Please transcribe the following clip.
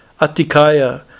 Atikaya